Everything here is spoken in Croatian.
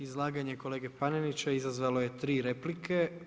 Izlaganje kolege Panenića izazvalo je tri replike.